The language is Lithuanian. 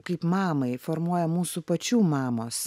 kaip mamai formuoja mūsų pačių mamos